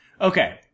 Okay